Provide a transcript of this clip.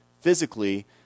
physically